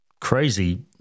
crazy